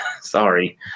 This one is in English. Sorry